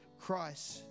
Christ